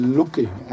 looking